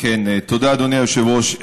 תודה, אדוני היושב-ראש.